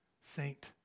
saint